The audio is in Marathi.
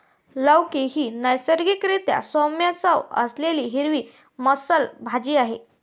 लौकी ही नैसर्गिक रीत्या सौम्य चव असलेली हिरवी मांसल भाजी आहे